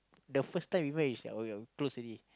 the first time we met is at our close already